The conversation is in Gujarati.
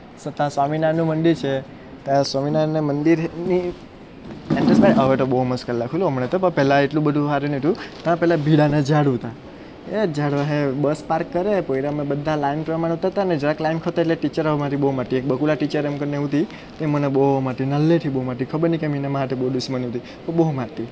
સો ત્યાં સ્વામિનારાયણનું મંદિર છે ત્યાં સ્વામિનારાયણના મંદિરની હવે તો બહુ મસ્ત કરી નાખ્યું હમણે તો પણ પહેલાં એટલું બધું સારું નહોતું તા પેલા બિલાના ઝાડો હતા એ ઝાડ વાહે બસ પાર્ક કરે પોયરા બધા લાઈન પ્રમાણે ઉતરતાને જરાક લાઈન ખૂટે એટલે ટીચરો અમારી બહુ મારતી એક બકુલા ટીચર એમ કરીને હતી તે મને બહુ મારતી નાલ્લેથી બહુ મારતી ખબર નહીં કેમ એને મારાથી બહુ દુશ્મની હતી તો બહુ મારતી